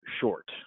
short